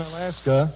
Alaska